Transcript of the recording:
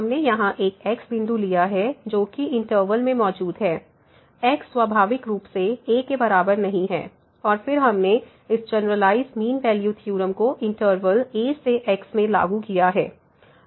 हमने यहां एक x बिंदु लिया है जो कि इंटरवल में मौजूद है x स्वाभाविक रूप से a के बराबर नहीं है और फिर हमने इस जनरलआईस मीन वैल्यू थ्योरम को इंटरवल a से x में लागू किया है